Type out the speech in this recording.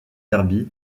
derby